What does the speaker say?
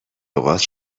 لغات